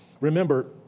remember